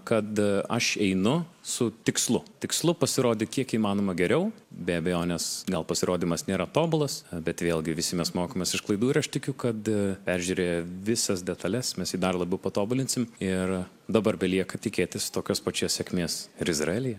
kad aš einu su tikslu tikslu pasirodyt kiek įmanoma geriau be abejonės gal pasirodymas nėra tobulas bet vėl gi visi mes mokomės iš klaidų ir aš tikiu kad peržiūrėję visas detales mes jį dar labiau patobulinsim ir dabar belieka tikėtis tokios pačios sėkmės ir izraelyje